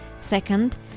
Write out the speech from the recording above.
Second